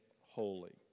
holy